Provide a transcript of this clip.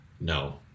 No